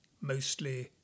Mostly